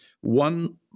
one